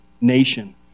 nation